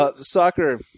Soccer